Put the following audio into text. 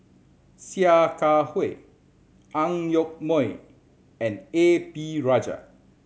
Sia Kah Hui Ang Yoke Mooi and A P Rajah